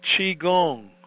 qigong